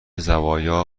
زوایا